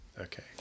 Okay